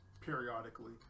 periodically